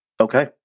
okay